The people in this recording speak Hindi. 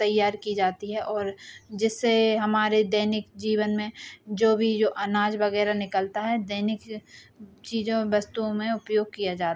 तैयार की जाती है और जिससे हमारे दैनिक जीवन में जो भी जो अनाज वगैरह निकलता है दैनिक चीज़ों वस्तुओं में उपयोग किया जाता है